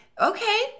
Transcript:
Okay